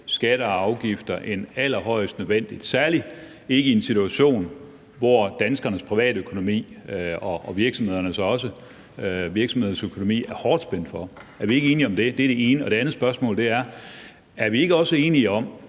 skatter og afgifter end allerhøjst nødvendigt, særlig i en situation, hvor danskernes privatøkonomi og også virksomhedernes økonomi er hårdt spændt for? Er vi ikke enige om det? Det er det ene. Og det andet spørgsmål er: Er vi ikke også enige om,